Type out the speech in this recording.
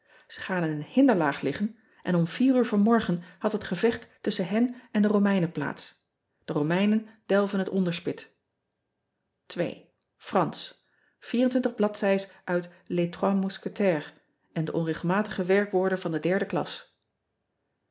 gaan in een hinderlaag liggen en om uur vanmorgen had het gevecht tusschen hen en de omeinen plaats e omeinen delven het onderspit ransch bladzij s uit es trois ousquetaires en de onregelmatige werkwoorden van de derde klas